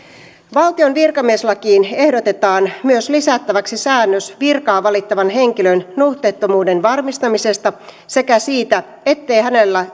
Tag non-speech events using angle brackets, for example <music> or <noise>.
valtion virkamieslakiin ehdotetaan myös lisättäväksi säännös virkaan valittavan henkilön nuhteettomuuden varmistamisesta sekä siitä ettei hänellä <unintelligible>